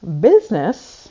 business